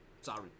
Sorry